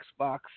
Xbox